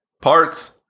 Parts